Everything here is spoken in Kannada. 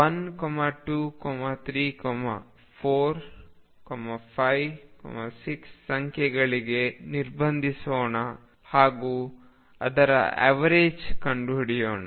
ನಾವು 1 2 3 4 5 6 ಸಂಖ್ಯೆಗಳಿಗೆ ನಿರ್ಬಂಧಿಸೋಣ ಹಾಗೂ ಅದರ ಎವರೇಜ್ ಕಂಡುಹಿಡಿಯೋಣ